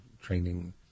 training